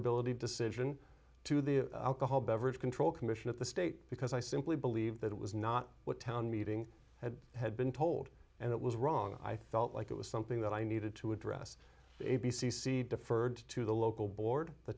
transferability decision to the alcohol beverage control commission of the state because i simply believe that it was not what town meeting had had been told and it was wrong i felt like it was something that i needed to address a b c c deferred to the local board the